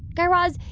guy raz,